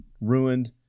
ruined